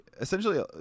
essentially